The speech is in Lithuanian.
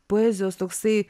poezijos toksai